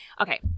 okay